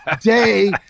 day